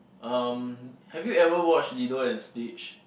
um have you ever watched Lilo-and-Stitch